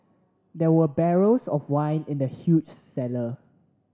there were barrels of wine in the huge cellar